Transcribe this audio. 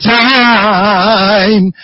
time